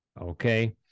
Okay